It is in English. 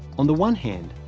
on the one hand,